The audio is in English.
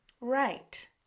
right